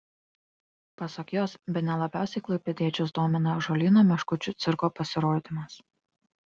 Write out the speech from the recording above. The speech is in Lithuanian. pasak jos bene labiausiai klaipėdiečius domina ąžuolyno meškučių cirko pasirodymas